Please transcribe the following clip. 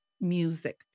music